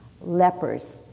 Lepers